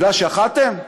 כי יכולתם?